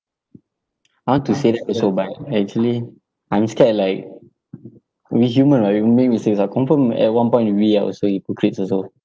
I want to say that also but actually I'm scared like we human right when we say this confirm at one point we are also hypocrites also